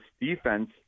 defense